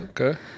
Okay